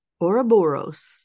Ouroboros